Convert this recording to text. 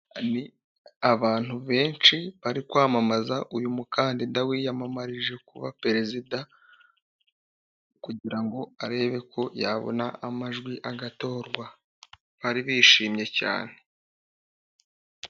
Abantu benshi bari kwamamaza uyu mukandida wiyamamarije kuba perezida kugira ngo arebe ko yabona amajwi agatorwa bari bishimye cyane.